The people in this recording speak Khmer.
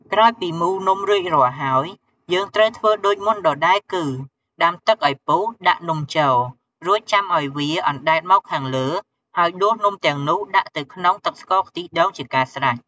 ក្រោយពីមូលនំរួចរាល់ហើយ យើងត្រូវធ្វើដូចមុនដដែលគឺ ដាំទឹកឱ្យពុះ ដាក់នំចូល រួចចាំឱ្យវាអណ្ដែតមកខាងលើ ហើយដួសនំទាំងនោះដាក់ទៅក្នុងទឹកស្ករខ្ទិះដូងជាការស្រេច។